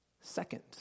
second